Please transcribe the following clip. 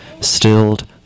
stilled